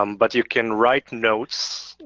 um but you can write notes.